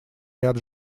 ряд